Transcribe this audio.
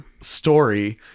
story